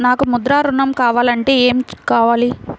నాకు ముద్ర ఋణం కావాలంటే ఏమి కావాలి?